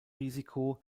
risiko